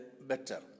better